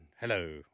Hello